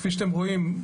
כפי שאתם רואים,